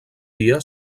dia